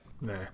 Nah